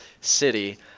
city